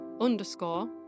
underscore